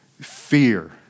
fear